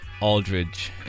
Aldridge